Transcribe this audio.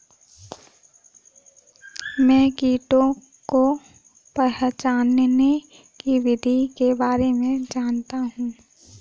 मैं कीटों को पहचानने की विधि के बारे में जनता हूँ